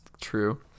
true